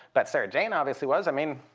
but sarah jane obviously was. i mean,